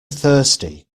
thirsty